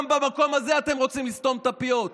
גם במקום הזה אתם רוצים לסתום את הפיות.